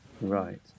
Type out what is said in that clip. Right